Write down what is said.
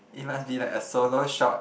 it must be like a solo shot